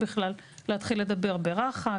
להתחיל לדבר ברחק,